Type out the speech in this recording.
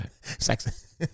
sex